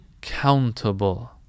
countable